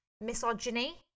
misogyny